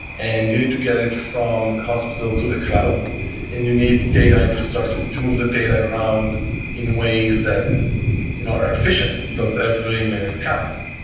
and you need to get it from the hospital to the cloud and you need data infrastructure to move that data around in ways that you know are efficient, because every minute counts.